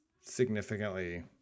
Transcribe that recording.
significantly